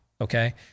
Okay